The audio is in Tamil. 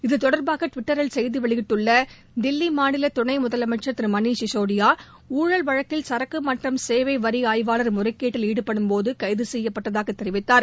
இத்தொடர்பாக டுவெட்டரில் செய்தி வெளியிட்டுள்ள தில்லி மாநில துணை முதலமைச்சர் திரு மணீஸ் சிசோடியா ஊழல் வழக்கில் சரக்கு மற்றும் சேவை வரி ஆய்வாளா் முறைகேட்டில் ஈடுபடும் போது கைது செய்யப்பட்டதாக தெரிவித்தார்